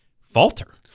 falter